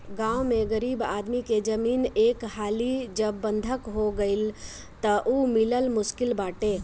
गांव में गरीब आदमी के जमीन एक हाली जब बंधक हो गईल तअ उ मिलल मुश्किल बाटे